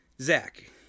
Zach